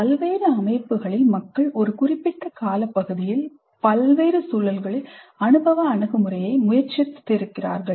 பல்வேறு அமைப்புகளில் மக்கள் ஒரு குறிப்பிட்ட காலப்பகுதியில் பல்வேறு சூழல்களில் அனுபவ அணுகுமுறையை முயற்சித்திருக்கிறார்கள்